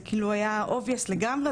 כאילו היה 'אובייס' לגמרי,